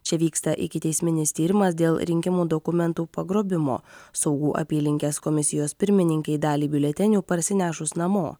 čia vyksta ikiteisminis tyrimas dėl rinkimų dokumentų pagrobimo saugų apylinkės komisijos pirmininkei dalį biuletenių parsinešus namo